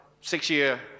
six-year